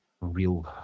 real